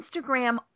Instagram